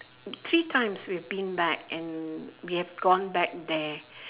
three times we've been back and we have gone back there